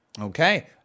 Okay